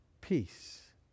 Peace